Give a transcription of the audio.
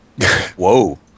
whoa